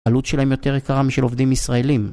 עלות שלהם יותר יקרה משל עובדים ישראלים